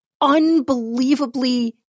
unbelievably